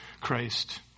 christ